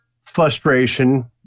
frustration